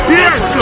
yes